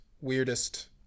weirdest